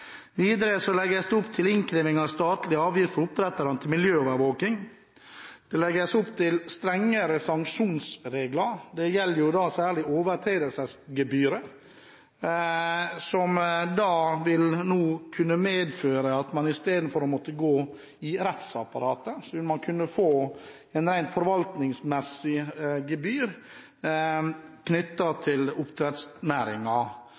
Videre legges det opp til innkreving av statlig avgift fra oppdretterne til miljøovervåking. Det legges opp til strengere sanksjonsregler. Det gjelder da særlig overtredelsesgebyret, som nå vil kunne medføre at man i stedet for å måtte gå i rettsapparatet, vil kunne få et rent forvaltningsmessig gebyr